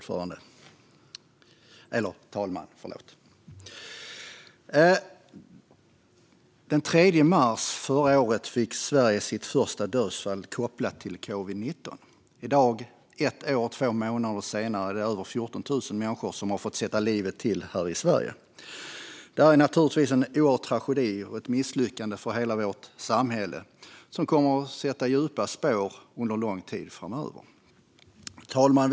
Fru talman! Den 3 mars förra året fick Sverige sitt första dödsfall kopplat till covid-l9. I dag, ett år och två månader senare, är det över 14 000 människor som har fått sätta livet till här i Sverige. Det här är naturligtvis en oerhörd tragedi och ett misslyckande för hela vårt samhälle som kommer att sätta djupa spår under lång tid framöver. Fru talman!